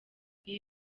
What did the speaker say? iyi